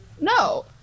No